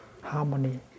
harmony